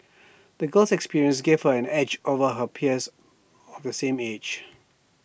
the girl's experiences gave her an edge over her peers of the same age